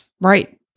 Right